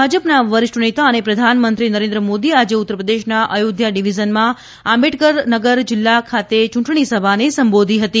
ભાજપના વરિષ્ઠ નેતા અને પ્રધાનમંત્રી નરેન્દ્ર મોદી આજે ઉત્તરપ્રદેશના આભાર નિહારીકા રવિયા અયોધ્યા ડિવિઝનમાં આંબેડકરનગર જિલ્લા ખાતે યંટણી સભાને સંબોધો હતી